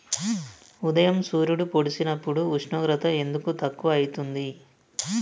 ఉదయం సూర్యుడు పొడిసినప్పుడు ఉష్ణోగ్రత ఎందుకు తక్కువ ఐతుంది?